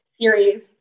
series